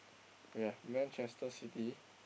we have Manchester-City